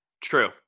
True